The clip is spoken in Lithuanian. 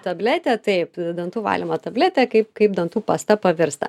tabletė taip dantų valymo tabletė kaip kaip dantų pasta pavirsta